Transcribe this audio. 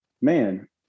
man